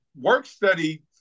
work-study